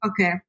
Okay